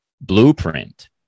blueprint